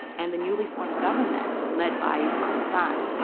and the newly formed government, led by aung san,